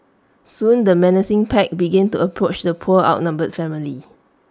soon the menacing pack began to approach the poor outnumbered family